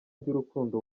by’urukundo